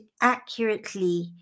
accurately